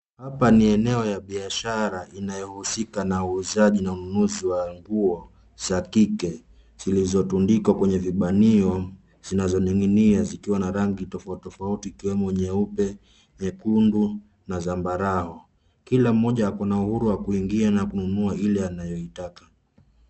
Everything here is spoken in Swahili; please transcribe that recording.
Hapa ni eneo ya biashara inayohusika na uuzaji na ununuzi wa nguo za kike zilizotundikwa kwenye vipanio zinazoning'inia zikiwa na rangi tafauti tafauti ikiwemo nyeupe nyekundu na sambarau. Kila moja ako na uhuru wa kuingia na kununua ile inayoitaka.